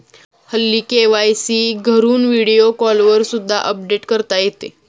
हल्ली के.वाय.सी घरून व्हिडिओ कॉलवर सुद्धा अपडेट करता येते